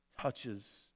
touches